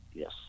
Yes